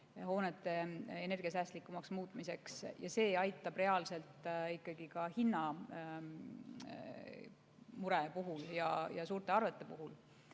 hoonete energiasäästlikumaks muutmiseks. See aitab reaalselt ka hinnamure puhul, suurte arvete puhul.